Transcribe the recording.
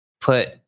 put